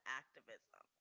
activism